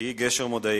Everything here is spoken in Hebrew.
שהיא גשר מודעי.